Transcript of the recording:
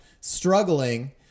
struggling